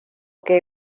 que